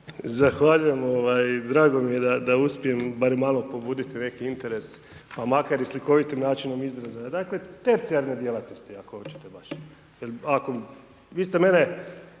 Zahvaljujem. Drago mi je da uspijem bar malo pobuditi neki interes, pa makar i slikovitim načinom izraza. Dakle tercijalne djelatnosti ako hoćete baš.